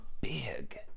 big